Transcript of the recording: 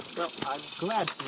i'm glad